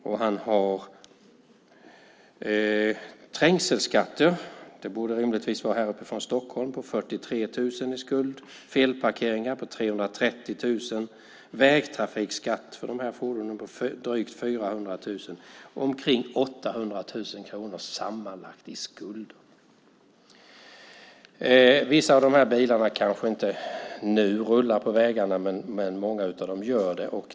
Han har skulder för trängselskatter, som rimligtvis borde vara härifrån Stockholm, på 43 000, felparkeringar på 330 000 och vägtrafikskatt för fordonen på drygt 400 000. Han har omkring 800 000 kronor sammanlagt i skulder. Vissa av bilarna kanske inte rullar på vägarna nu, men många av dem gör det.